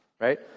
right